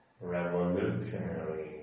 Revolutionary